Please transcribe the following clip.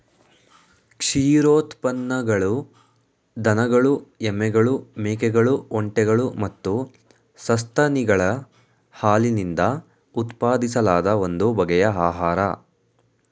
ಕ್ಷೀರೋತ್ಪನ್ನಗಳು ದನಗಳು ಎಮ್ಮೆಗಳು ಮೇಕೆಗಳು ಒಂಟೆಗಳು ಮತ್ತು ಸಸ್ತನಿಗಳ ಹಾಲಿನಿಂದ ಉತ್ಪಾದಿಸಲಾದ ಒಂದು ಬಗೆಯ ಆಹಾರ